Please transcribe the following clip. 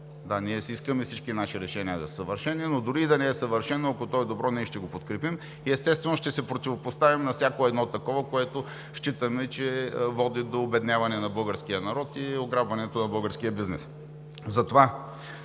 Да, ние искаме всички наши решения да са съвършени, но дори и да не е съвършено, ако то е добро, ние ще го подкрепим. И, естествено, ще се противопоставим на всяко едно такова, което считаме, че води до обедняване на българския народ и ограбването на българския бизнес.